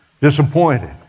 disappointed